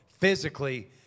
physically